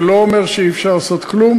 זה לא אומר שאי-אפשר לעשות כלום.